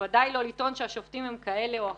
ובוודאי לא לטעון שהשופטים הם כאלה או אחרים.